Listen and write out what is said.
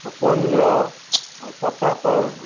पन्ध्र पचहत्तर